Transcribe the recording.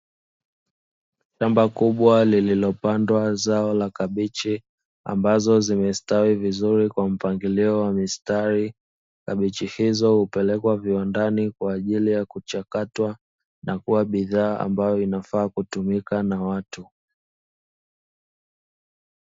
Shamba kubwa lililopandwa zao la kabichi ambazo zimestawi vizuri kwa mpangilio wa mistari, kabichi hizo hupelekwa viwandani kwa ajili ya kuchakatwa na kuwa bidhaa ambayo inafaa kutumika na watu.